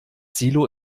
silo